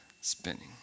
spinning